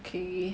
okay